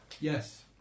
yes